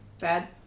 bad